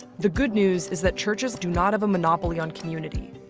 the good news is that churches do not have a monopoly on community.